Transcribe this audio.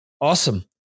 Awesome